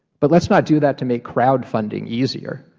but let's not do that to make crowdfunding easier,